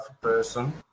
person